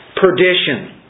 perdition